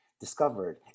discovered